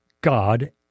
God